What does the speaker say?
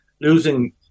losing